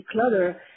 declutter